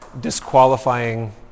disqualifying